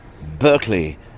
Berkeley